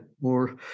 more